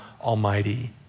almighty